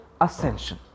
ascension